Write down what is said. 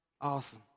Awesome